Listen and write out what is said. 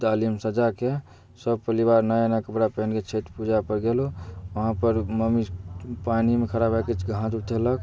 डालीमे सजाकऽ सब परिवार नया नया कपड़ा पहिनके छठि पूजापर गेलहुँ वहाँपर मम्मी पानीमे खड़ा भऽ कऽ छठिके हाथ उठेलक